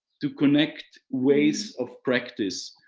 to connect ways of practice.